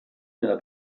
nella